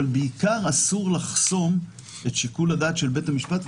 אבל הנימוק העיקרי הוא שאסור לחסום את שיקול הדעת של בית המשפט,